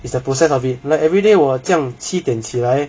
is the process of it like everyday 我这样七点起来